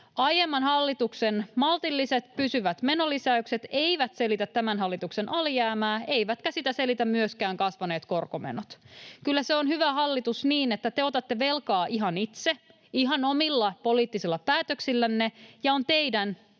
Aiemman hallituksen maltilliset pysyvät menolisäykset eivät selitä tämän hallituksen alijäämää, eivätkä sitä selitä myöskään kasvaneet korkomenot. Hyvä hallitus, kyllä se on niin, että te otatte velkaa ihan itse, ihan omilla poliittisilla päätöksillänne, ja on teidän